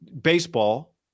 baseball